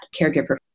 caregiver